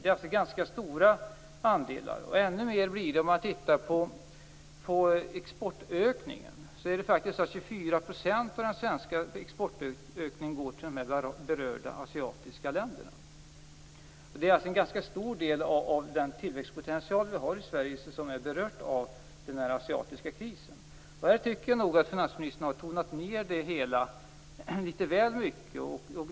Det är alltså ganska stora andelar. Ännu mer blir det om man tittar på exportökningen. 24 % av den svenska exportökningen går till de berörda asiatiska länderna. Det är alltså en ganska stor del av den tillväxtpotential som finns i Sverige som är berörd av den asiatiska krisen. Jag tycker nog att finansministern har tonat ned det hela litet väl mycket.